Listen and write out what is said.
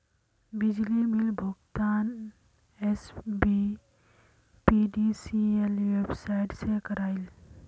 बिजली बिल भुगतान SBPDCL website से क्रॉइल